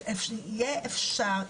שיהיה אפשר,